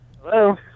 hello